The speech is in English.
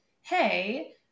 hey